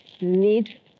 need